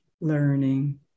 learning